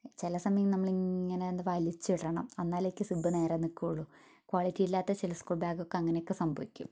ചില സമയം നമ്മളിങ്ങനെ എന്താ വലിച്ചിടണം എന്നാലൊക്കെ സിബ്ബ് നേരെ നിൽക്കുകയുളളൂ ക്വാളിറ്റി ഇല്ലാത്ത ചില സ്കൂൾ ബാഗൊക്കെ അങ്ങനെയൊക്കെ സംഭവിക്കും